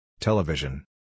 Television